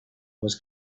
was